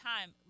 time